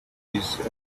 itself